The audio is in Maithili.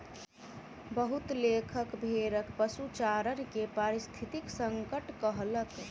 बहुत लेखक भेड़क पशुचारण के पारिस्थितिक संकट कहलक